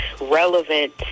relevant